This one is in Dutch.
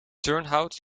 turnhout